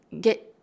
get